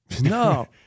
No